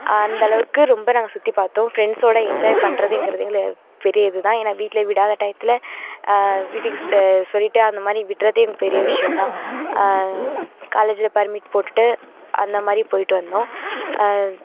அந்தளவுக்கு ரொம்ப நாங்கள் சுற்றி பார்த்தோம் ஃப்ரெண்ட்ஸோடு என்ஜாய் பண்றதுங்கிறது எங்களுக்கு பெரிய இது தான் ஏன்னால் வீட்டில் விடாத டையத்தில் வீட்டுக்கு சொல்லிவிட்டு அந்த மாதிரி விடுறதே எனக்கு பெரிய விஷயம் தான் காலேஜில் பர்மிட் போட்டுவிட்டு அந்த மாதிரி போயிட்டு வந்தோம்